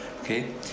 Okay